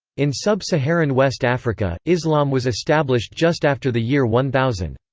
in sub-saharan west africa, islam was established just after the year one thousand.